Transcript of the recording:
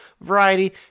variety